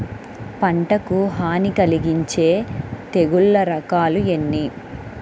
పంటకు హాని కలిగించే తెగుళ్ళ రకాలు ఎన్ని?